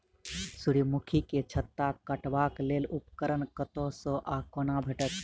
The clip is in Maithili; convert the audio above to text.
सूर्यमुखी केँ छत्ता काटबाक लेल उपकरण कतह सऽ आ कोना भेटत?